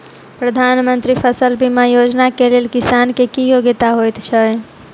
प्रधानमंत्री फसल बीमा योजना केँ लेल किसान केँ की योग्यता होइत छै?